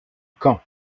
caen